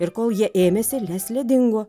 ir kol jie ėmėsi leslė dingo